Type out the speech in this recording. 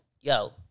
yo